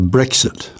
Brexit